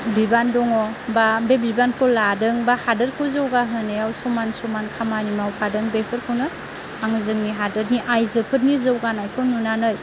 बिबान दङ बा बे बिबानखौ लादों बा हादोरखौ जौगाहोनायाव समान समान खामानि मावफादों बेफोरखौनो आङो जोंनि हादरनि आइजोफोरनि जौगानायखौ नुनानै